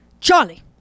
Charlie